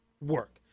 work